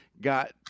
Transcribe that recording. got